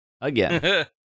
Again